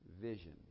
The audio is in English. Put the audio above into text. vision